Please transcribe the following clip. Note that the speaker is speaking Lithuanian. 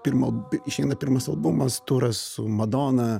pirmo išeina pirmas albumas turas su madona